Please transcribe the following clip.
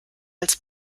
als